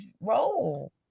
role